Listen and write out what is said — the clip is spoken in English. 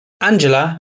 Angela